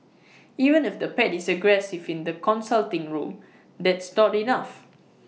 even if the pet is aggressive in the consulting room that's not enough